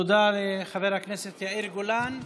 תודה, לחבר הכנסת יאיר גולן.